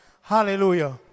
Hallelujah